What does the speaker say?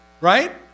Right